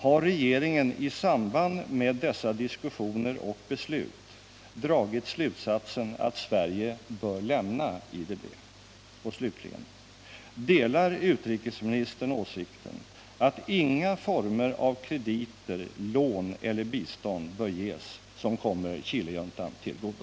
Har regeringen i samband med dessa diskussioner och beslut dragit slutsatsen att Sverige bör lämna IDB? 4. Delar utrikesministern åsikten att inga former av krediter, lån eller bistånd bör ges som kommer Chilejuntan till godo?